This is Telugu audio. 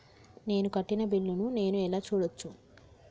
నేను కట్టిన బిల్లు ను నేను ఎలా చూడచ్చు?